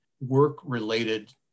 work-related